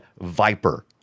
Viper